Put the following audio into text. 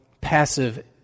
passive